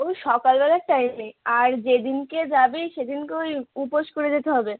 ওই সকাল বেলার টাইমে আর যেদিনকে যাবি সেদিনকে ওই উপোস করে যেতে হবে